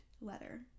Letter